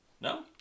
No